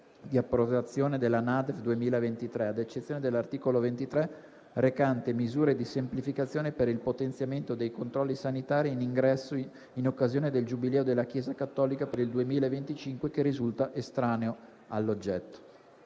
di approvazione della NADEF 2023, ad eccezione dell'articolo 23, recante: "Misure di semplificazione per il potenziamento dei controlli sanitari in ingresso in occasione del Giubileo della Chiesa cattolica per il 2025", che risulta estraneo all'oggetto.